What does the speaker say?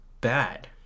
bad